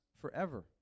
forever